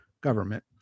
government